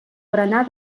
berenar